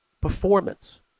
performance